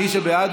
מי שבעד,